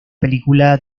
película